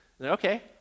Okay